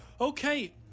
Okay